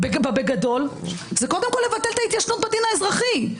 בגדול הפתרון זה קודם כול לבטל את ההתיישנות בדין האזרחי,